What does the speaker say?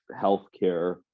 healthcare